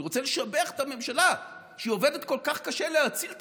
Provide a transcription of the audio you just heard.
אני רוצה לשבח את הממשלה על שהיא עובדת כל כך קשה להציל את